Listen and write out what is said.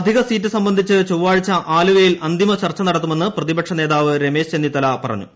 അധിക സീറ്റ് സംബന്ധിച്ച് ചൊവ്വാഴ്ച ആലുവയിൽ അന്തിമ ചർച്ച നടത്തുമെന്ന് പ്രതിപക്ഷ നേതാവ് രമേശ് ചെന്നിത്തല പറഞ്ഞു